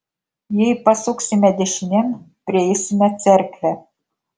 jei pasuksime dešinėn prieisime cerkvę